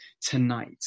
tonight